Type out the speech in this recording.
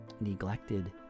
neglected